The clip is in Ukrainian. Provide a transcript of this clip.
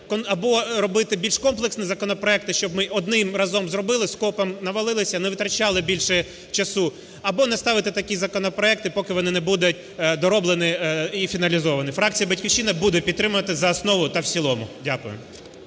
або робити більш комплексні законопроекти, щоб ми одним разом зробили, скопом навалилися, не витрачали більше часу, або не ставити такі законопроекти, поки вони не будуть дороблені і фіналізовані. Фракція "Батьківщина" буде підтримувати за основу та в цілому. Дякую.